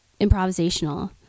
improvisational